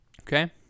Okay